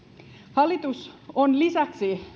hallitus on lisäksi